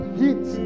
heat